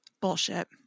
Bullshit